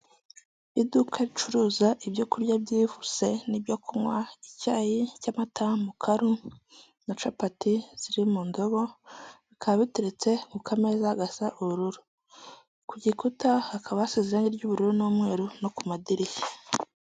Iduka ricuruza ibyo kurya byihuse n'ibyo kunywa icyayi cy'amata, mukaru na capati ziri mu ndobo bikaba biteretse ku kameza gaza ubururu, ku gikuta hakaba hasize irangi ry'ubururu n'umweru no ku madirishya.